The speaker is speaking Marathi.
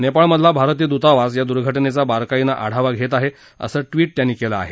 नेपाळ मधला भारतीय दूतावास या दुर्घटनेचा बारकाईनं आढावा घेत आहे असं ट्विट त्यांनी केलं आहे